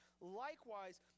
likewise